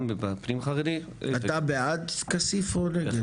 אתה בעד כסיף או נגד?